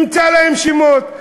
נמצא להם שמות.